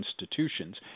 institutions